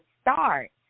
start